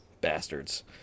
Bastards